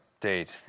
date